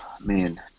man